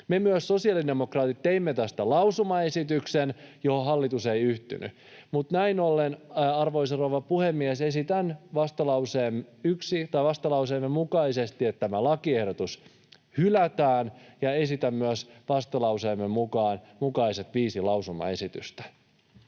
Me sosiaalidemokraatit myös teimme tästä lausumaesityksen, johon hallitus ei yhtynyt. Mutta näin ollen, arvoisa rouva puhemies, esitän vastalauseemme mukaisesti, että tämä lakiehdotus hylätään, ja esitän myös vastalauseemme mukaiset viisi lausumaesitystä.